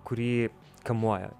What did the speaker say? kurį kamuoja